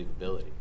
believability